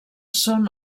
són